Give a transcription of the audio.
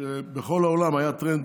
שבכל העולם היה טרנד